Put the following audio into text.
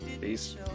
Peace